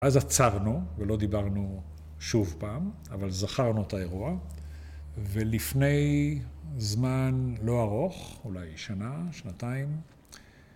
אז עצרנו, ולא דיברנו שוב פעם, אבל זכרנו את האירוע, ולפני זמן לא ארוך, אולי שנה, שנתיים...